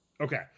Okay